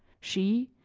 she,